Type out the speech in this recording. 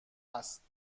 است